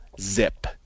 zip